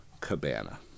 Cabana